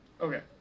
Okay